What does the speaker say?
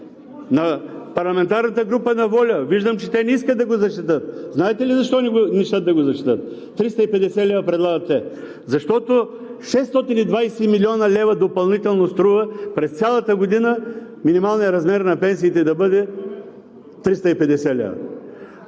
на парламентарната група на ВОЛЯ. Виждам, че те не искат да го защитят. Знаете ли защо не искат да го защитят? 350 лв. предлагат те. Защото 620 млн. лв. допълнително струва през цялата година минималният размер на пенсиите да бъде 350 лв.